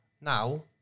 Now